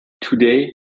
Today